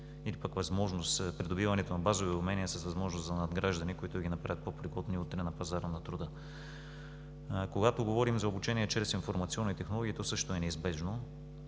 на базови умения с възможност за надграждане, които да ги направят по-пригодни утре на пазара на труда. Когато говорим за обучение чрез информационни технологии, то също е неизбежно.